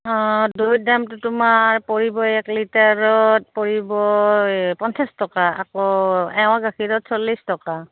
অঁ দৈত দামটো তোমাৰ পৰিব এক লিটাৰত পৰিব পঞ্চাছ টকা আকৌ এৱা গাখীৰত চল্লিছ টকা